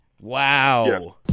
wow